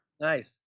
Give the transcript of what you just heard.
nice